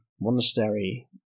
monastery